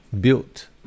built